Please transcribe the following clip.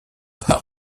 par